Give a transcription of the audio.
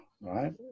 right